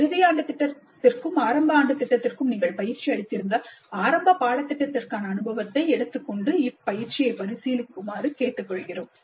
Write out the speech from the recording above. இறுதி ஆண்டு திட்டத்திற்கும் ஆரம்ப ஆண்டு திட்டத்திற்கும் நீங்கள் பயிற்சி அளித்திருந்தால் ஆரம்ப பாடத்திட்டத்திற்கான அனுபவத்தை எடுத்துக்கொண்டு இப்பயிற்சியை பரிசீலிக்குமாறு கேட்டுக்கொள்கிறோம்